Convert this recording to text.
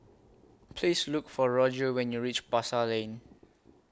Please Look For Roger when YOU REACH Pasar Lane